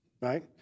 right